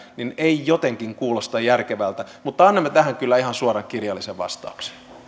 ei jotenkin kuulosta järkevältä mutta annamme tähän kyllä ihan suoran kirjallisen vastauksen